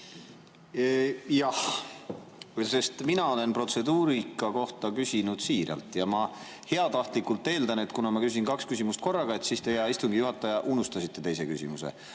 Mina olen protseduurika kohta küsinud siiralt ja ma heatahtlikult eeldan, et kuna ma küsisin kaks küsimust korraga, siis te, hea istungi juhataja, unustasite mu teise küsimuse.